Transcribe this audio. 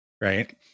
Right